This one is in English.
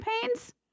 campaigns